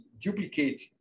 duplicate